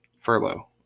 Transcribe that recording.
furlough